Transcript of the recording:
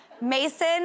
Mason